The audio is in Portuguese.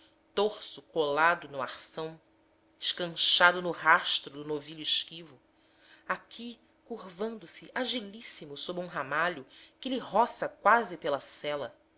torso colado no arção escanchado no rastro do novilho esquivo aqui curvando se agilíssimo sob um ramalho que lhe roça quase pela sela